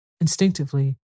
Instinctively